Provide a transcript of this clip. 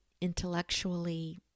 intellectually